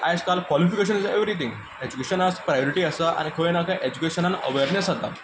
आयजकाल qualification is everything एज्युकेशनाक आयज priority आसा आनी खंय ना खंय एज्युकेशनान अवेरनस जाता